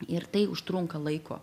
ir tai užtrunka laiko